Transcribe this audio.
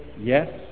yes